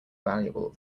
valuable